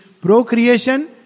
procreation